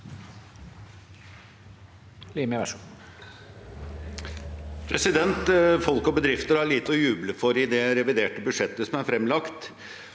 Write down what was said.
Folk og bedrif- ter har lite å juble for i det reviderte budsjettet som er fremlagt,